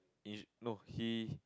it's no he